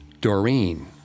Doreen